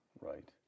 Right